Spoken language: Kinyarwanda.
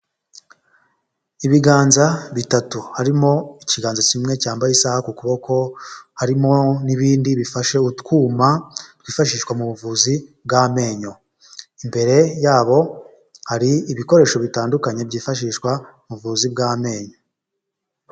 Ibiganza bitatu harimo ikiganza kimwe cyambaye isaha ku kuboko, harimo n'ibindi bifashe utwuma twifashishwa mu buvuzi bw'amenyo. Imbere yabo hari ibikoresho bitandukanye byifashishwa ubu buvuzi bw'amenyo.